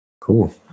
Cool